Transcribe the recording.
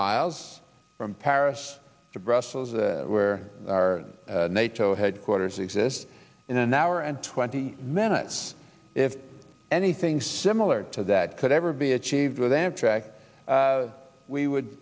miles from paris to brussels where our nato headquarters exists in an hour and twenty minutes if anything similar to that could ever be achieved with amtrak we would